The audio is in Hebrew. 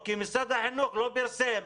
כי משרד החינוך לא פרסם.